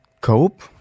cope